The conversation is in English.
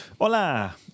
Hola